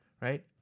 right